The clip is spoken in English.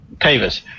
Tavis